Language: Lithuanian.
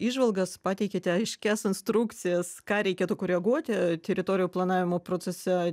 įžvalgas pateikėte aiškias instrukcijas ką reikėtų koreguoti teritorijų planavimo procese